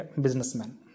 Businessman